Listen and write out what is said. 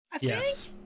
Yes